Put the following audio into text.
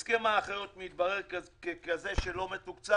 הסכם האחיות מתברר ככזה שלא מתוקצב